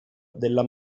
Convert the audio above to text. della